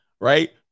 Right